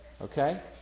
Okay